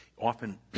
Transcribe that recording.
often